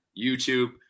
youtube